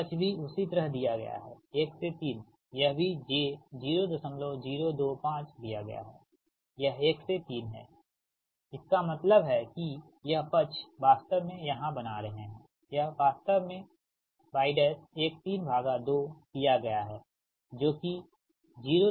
यह पक्ष भी उसी तरह दिया गया है 1 से 3 यह भी j 0025 दिया गया है यह 1 से 3 है इसका मतलब है कि यह पक्ष वास्तव में यहाँ बना रहें है यह वास्तव में y132 दिया गया है जो कि 0025 है